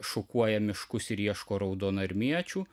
šukuoja miškus ir ieško raudonarmiečių